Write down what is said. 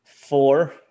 Four